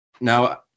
now